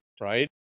right